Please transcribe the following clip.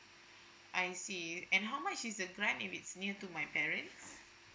I see and how much is the grant if it's near to my parents